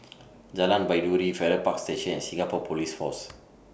Jalan Baiduri Farrer Park Station and Singapore Police Force